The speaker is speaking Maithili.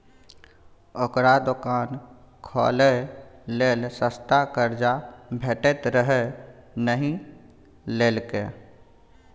ओकरा दोकान खोलय लेल सस्ता कर्जा भेटैत रहय नहि लेलकै